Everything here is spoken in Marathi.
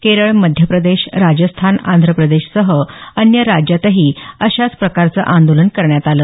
केरळ मध्यप्रदेश राजस्थान आंध्रप्रदेशसह अन्य राज्यातही अशाच प्रकारचं आंदोलन करण्यात आलं